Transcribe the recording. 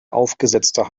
aufgesetzte